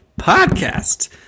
Podcast